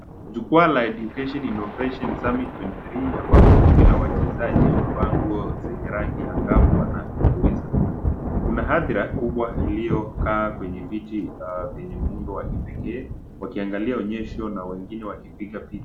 Jukwaa la Education Innovation Summit 23 ambapo kundi la wachezaji wamevaa nguo zenye rangi ya angavu wanatumbuiza. Kuna hadhira kubwa iliyokaa kwenye viti za vyenye muundo wa kipekee, wakiangalia onyesho na wengine wakipiga picha.